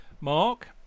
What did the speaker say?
Mark